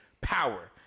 Power